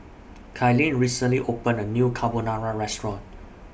Kylene recently opened A New Carbonara Restaurant